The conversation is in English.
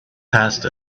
passed